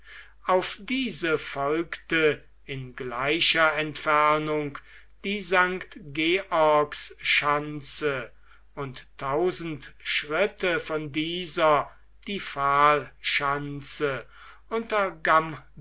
auf diese folgte in gleicher entfernung die st georgs schanze und tausend schritte von dieser die pfahl schanze unter